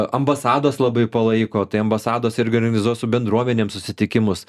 ambasados labai palaiko tai ambasados ir organizuos su bendruomenėm susitikimus